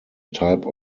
type